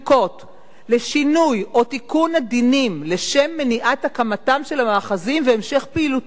לשינוי או תיקון הדינים לשם מניעת הקמתם של המאחזים והמשך פעילותם,